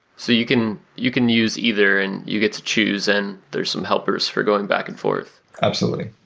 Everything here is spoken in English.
so you can you can use either and you get to choose and there are some helpers for going back and forth. absolutely.